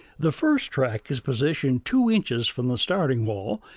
the first track is positioned two inches from the starting wall,